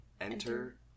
Enter